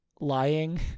lying